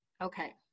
Okay